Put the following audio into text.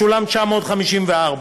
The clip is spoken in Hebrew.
ישולמו 954,